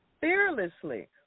fearlessly